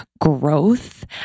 growth